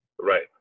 right